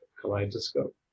kaleidoscope